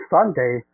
Sunday